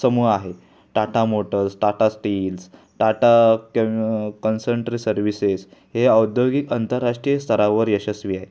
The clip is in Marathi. समूह आहे टाटा मोटर्स टाटा स्टील्स टाटा क कन्संट्री सर्विसेस हे औद्योगिक अंतरराष्ट्रीय स्तरावर यशस्वी आहे